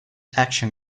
action